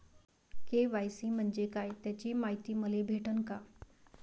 KYC म्हंजे काय त्याची मायती मले भेटन का?